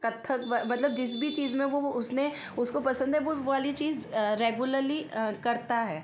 कथक मतलब जिस भी चीज़ में वह वह उसने उसको पसंद है वह वाली चीज़ रेगुलरली करता है